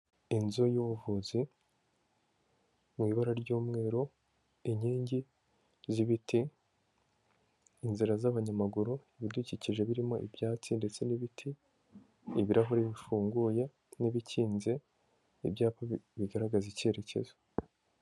Inzu y'ubuvuzi mu ibara ry'umweru, inkingi z'ibiti, inzira z'abanyamaguru, ibidukikije birimo ibyatsi ndetse n'ibiti, ibirahure bifunguye n'ibikinze, ibyapa bigaragaza icyerekezo.